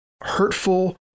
hurtful